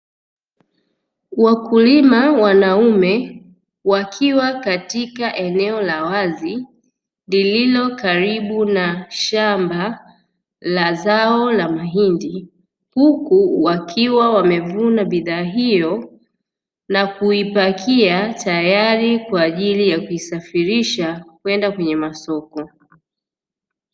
Wakulima wanaume, wakiwa katika eneo la wazi lililo karibu na shamba la zao la mahindi, huku wakiwa wamevuna bidhaa hiyo na kuipakia tayari kwa ajili ya kuisafirisha kwenda kwenye masoko.